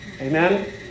Amen